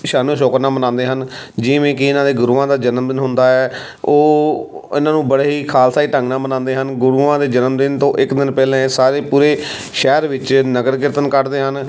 ਸ਼ਾਨੋ ਸ਼ੌਕਤ ਨਾਲ ਮਨਾਉਂਦੇ ਹਨ ਜਿਵੇਂ ਕਿ ਇਹਨਾਂ ਦੇ ਗੁਰੂਆਂ ਦਾ ਜਨਮ ਦਿਨ ਹੁੰਦਾ ਹੈ ਉਹ ਇਹਨਾਂ ਨੂੰ ਬੜੇ ਹੀ ਖਾਲਸਾਈ ਢੰਗ ਨਾਲ ਮਨਾਉਂਦੇ ਹਨ ਗੁਰੂਆਂ ਦੇ ਜਨਮ ਦਿਨ ਤੋਂ ਇੱਕ ਦਿਨ ਪਹਿਲਾਂ ਇਹ ਸਾਰੇ ਪੂਰੇ ਸ਼ਹਿਰ ਵਿੱਚ ਨਗਰ ਕੀਰਤਨ ਕੱਢਦੇ ਹਨ